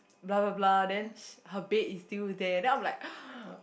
blah blah blah then sh~ her bed is still there then I'm like